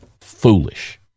foolish